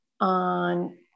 on